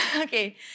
okay